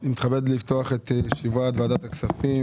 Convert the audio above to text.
אני מתכבד לפתוח את ישיבת ועדת הכספים.